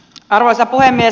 arvoisa puhemies